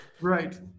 right